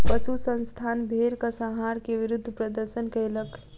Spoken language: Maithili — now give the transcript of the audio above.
पशु संस्थान भेड़क संहार के विरुद्ध प्रदर्शन कयलक